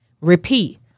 Repeat